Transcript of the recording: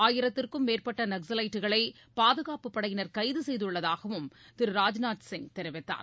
ஆயிரத்திற்கும் மேற்பட்ட நக்ஸவைட்டுகளை பாதுகாப்புப் படையினர் கைது செய்துள்ளதாகவும் திரு ராஜ்நாத் சிங் கூறினார்